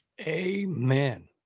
Amen